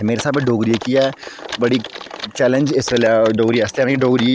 ते मेरे स्हाबै कन्नै डोगरी जेह्की ऐ बड़े चैलेंज न डोगरी आस्तै डोगरी